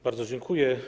Bardzo dziękuję.